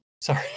Sorry